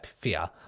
fear